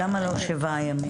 למה לא שבעה ימים?